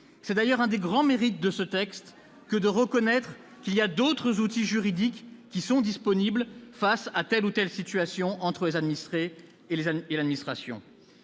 C'est d'ailleurs l'un des grands mérites de ce projet de loi que de reconnaître que d'autres outils juridiques sont disponibles pour faire face à telle ou telle situation entre les administrés et l'administration.